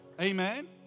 Amen